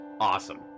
Awesome